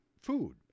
food